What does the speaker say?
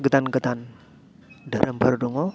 गोदान गोदान दोहोरोमफोर दङ